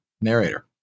narrator